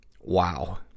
Wow